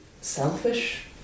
selfish